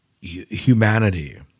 humanity